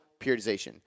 periodization